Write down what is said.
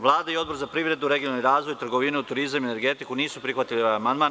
Vlada i Odbor za privredu, regionalni razvoj, trgovinu, turizam i energetiku nisu prihvatili amandman.